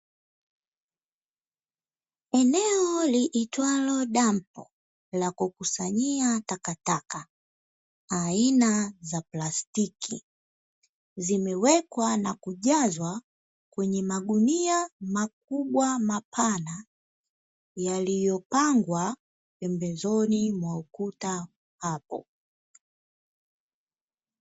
Eneo liitwalo dampo la kukusanyia takataka aina ya plastiki zimewekwa na kujazwa kwenye magunia makubwa, mapana yaliyopangwa pembezoni mwa ukuta hapo.